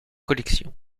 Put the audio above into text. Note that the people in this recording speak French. collection